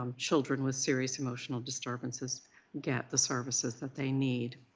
um children with serious emotional disturbances get the services that they need?